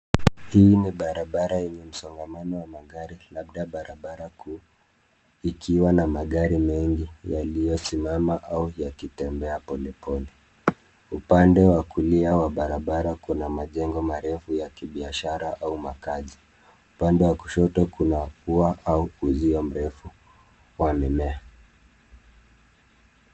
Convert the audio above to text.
Hii ni barabara yenye msongamano wa magari labda barabara kuu, ikiwa na magari mengi, yaliyo simama au yakitembea polepole. Upande wa kulia wa barabara kuna majengo marefu ya kibiashara au makazi, upande wa kushoto kuna ua au uzio mrefu wa mimea.